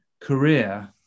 career